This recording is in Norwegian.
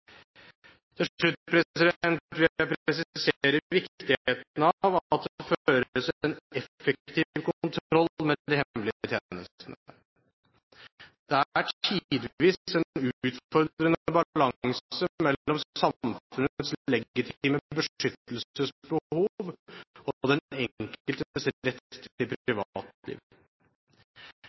Til slutt vil jeg presisere viktigheten av at det føres en effektiv kontroll med de hemmelige tjenestene. Det er tidvis en utfordrende balanse mellom samfunnets legitime beskyttelsesbehov og den enkeltes rett til privatliv.